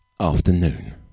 afternoon